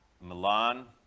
Milan